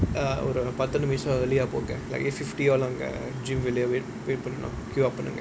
ஒரு பத்து நிமிஷம்:oru patthu nimisham early ah போ அங்க:po anga gym வெளில:velila wait பண்ணனும்:pannanum queue open ஆகும:aagum